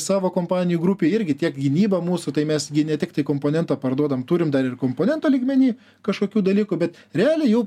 savo kompanijų grupėj irgi tiek gynyba mūsų tai mes gi ne tiktai komponentą parduodam turim dar ir komponento lygmeny kažkokių dalykų bet realiai jau